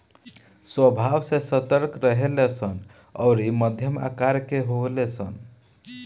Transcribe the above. स्वभाव से सतर्क रहेले सन अउरी मध्यम आकर के होले सन